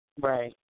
Right